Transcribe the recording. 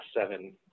seven